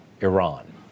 Iran